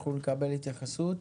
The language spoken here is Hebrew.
אנחנו נקבל עליה התייחסות.